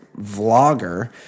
vlogger